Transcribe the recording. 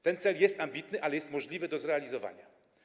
Ten cel jest ambitny, ale jest możliwy do zrealizowania.